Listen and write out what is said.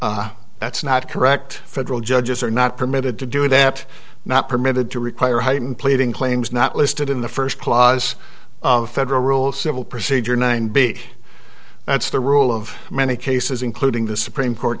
interference that's not correct federal judges are not permitted to do that not permitted to require heightened pleading claims not listed in the first clause federal rules civil procedure nine b that's the rule of many cases including the supreme court